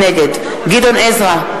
נגד גדעון עזרא,